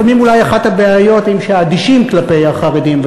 לפעמים אולי אחת הבעיות היא שאדישים כלפי החרדים,